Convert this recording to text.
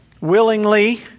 willingly